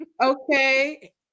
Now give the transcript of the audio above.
Okay